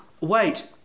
wait